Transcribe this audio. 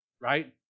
right